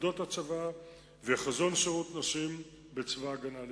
לפקודות הצבא ולחזון שירות נשים בצבא-הגנה לישראל.